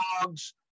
dogs